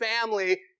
family